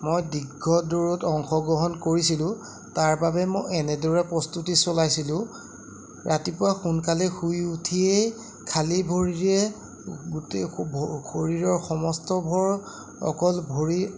মই দীৰ্ঘ দৌৰত অংশগ্ৰহণ কৰিছিলোঁ তাৰ বাবে মই এনেদৰে প্ৰস্তুতি চলাইছিলোঁ ৰাতিপুৱা সোনকালে শুই উঠিয়েই খালী ভৰিৰে গোটেই শৰীৰৰ সমস্ত ভৰ অকল ভৰি